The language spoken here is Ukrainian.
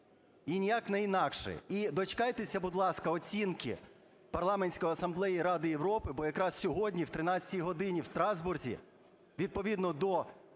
І ніяк не інакше. І дочекайтеся, будь ласка, оцінки Парламентської асамблеї Ради Європи, бо якраз сьогодні, о 13 годині, в Страсбурзі, відповідно до